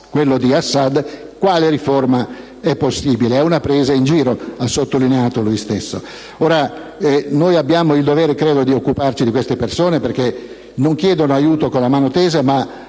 quello di Assad, quale riforma è possibile? È una presa in giro, ha sottolineato lui stesso. Abbiamo il dovere di occuparci di queste persone, perché non chiedono aiuto con la mano tesa, ma